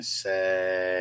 say